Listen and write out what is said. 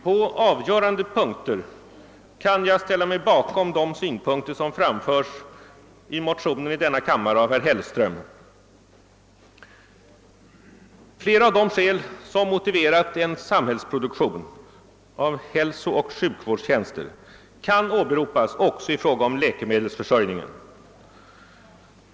På avgörande punkter kan jag ställa mig bakom de synpunkter som framförs i motionen av herr Hellström m.fl. i denna kammare. Flera av de skäl, som motiverat en samhällsproduktion av hälsooch sjukvårdstjänster, kan åberopas även i fråga om läkemedelsförsörjningen.